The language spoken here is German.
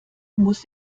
muss